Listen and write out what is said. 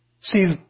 see